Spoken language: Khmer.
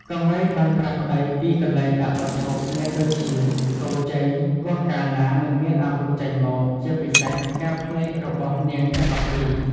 កង្រីបានប្រាប់ប្តីពីកន្លែងដាក់វត្ថុមានដូចជាស្គរជ័យ គោះកាលណានឹងមានអាវុធចេញមក ជាពិសេសកែវភ្នែករបស់នាងទាំង១២។